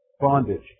Bondage